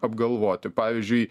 apgalvoti pavyzdžiui